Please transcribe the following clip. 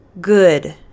good